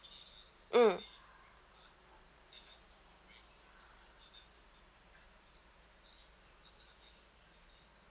mm